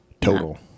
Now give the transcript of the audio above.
Total